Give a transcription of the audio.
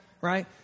right